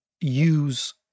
use